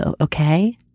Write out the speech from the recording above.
okay